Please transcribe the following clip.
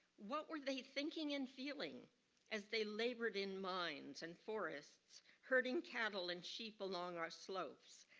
what were they thinking and feeling as they labored in mines and forests, herding cattle and sheep along our slopes.